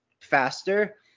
faster